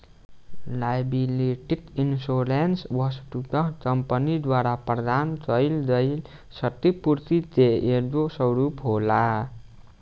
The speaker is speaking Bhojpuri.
लायबिलिटी इंश्योरेंस वस्तुतः कंपनी द्वारा प्रदान कईल गईल छतिपूर्ति के एगो स्वरूप होला